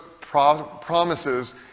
promises